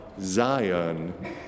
Zion